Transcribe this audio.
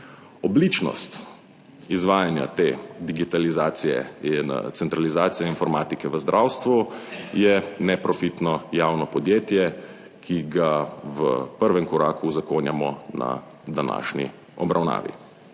Obličnost izvajanja te digitalizacije in centralizacije informatike v zdravstvu je neprofitno javno podjetje, ki ga v prvem koraku uzakonjamo na današnji obravnavi.